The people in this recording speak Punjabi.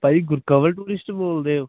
ਭਾਜੀ ਗੁਰਕੰਵਲ ਟੂਰਿਸਟ ਬੋਲਦੇ ਓ